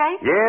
Yes